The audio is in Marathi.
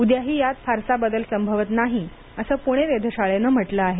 उद्याही यात फारसा बदल संभवत नाही असं पुणे वेधशाळेनं म्हटलं आहे